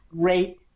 great